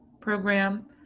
program